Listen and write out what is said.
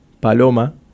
Paloma